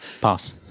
Pass